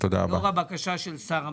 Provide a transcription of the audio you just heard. לאור הבקשה של שר המדע,